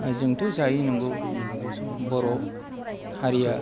जोंथ' जायो नंगौ बर' हारिया